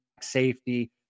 safety